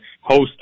host